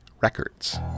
Records